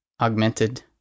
augmented